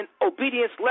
obedience